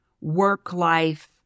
work-life